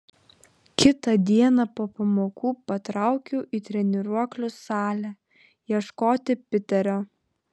kitą dieną po pamokų patraukiau į treniruoklių salę ieškoti piterio